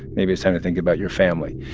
maybe it's time to think about your family.